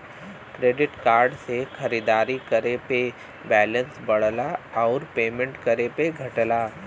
credit card से खरीदारी करे पे बैलेंस बढ़ला आउर पेमेंट करे पे घटला